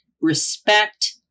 respect